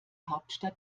hauptstadt